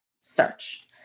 search